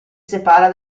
separa